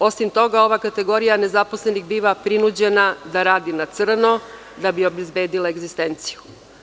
Osim toga, ova kategorija nezaposlenih biva prinuđena da radi na crno da bi obezbedila egzistenciju.